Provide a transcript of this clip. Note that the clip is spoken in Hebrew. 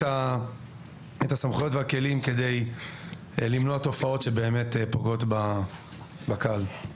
הסמכויות והכלים כדי למנוע תופעות שפוגעות בקהל.